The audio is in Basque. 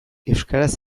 euskaraz